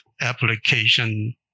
application